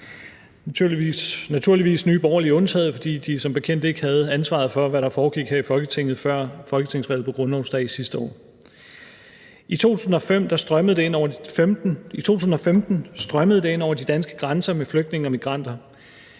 naturligvis undtagen Nye Borgerlige, fordi de som bekendt ikke havde ansvaret for, hvad der er foregået her i Folketinget før folketingsvalget grundlovsdag sidste år. I 2015 strømmede det ind over de danske grænser med flygtninge og migranter.